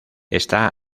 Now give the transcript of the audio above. está